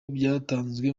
byatanzwe